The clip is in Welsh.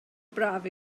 braf